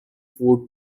food